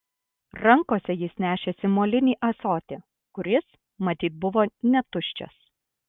rankose jis nešėsi molinį ąsotį kuris matyt buvo netuščias